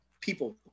people